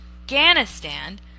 Afghanistan